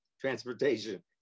transportation